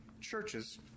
churches